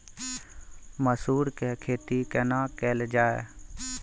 मसूर के खेती केना कैल जाय?